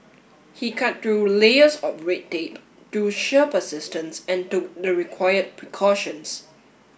he cut through layers of red tape through sheer persistence and took the required precautions